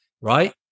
Right